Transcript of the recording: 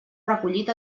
recollit